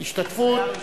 היתה ממשלת שרון.